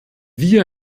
wir